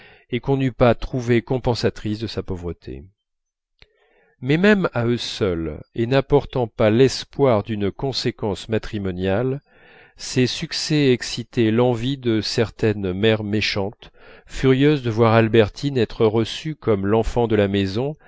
et qu'on n'eût pas trouvée compensatrice de sa pauvreté mais même à eux seuls et n'apportant pas l'espoir d'une conséquence matrimoniale ces succès excitaient l'envie de certaines mères méchantes furieuses de voir albertine être reçue comme l'enfant de la maison